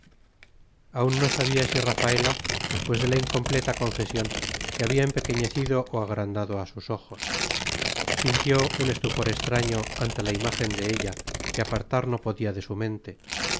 aún no sabía si rafaela después de la incompleta confesión se había empequeñecido o agrandado a sus ojos sintió un estupor extraño ante la imagen de ella que apartar no podía de su mente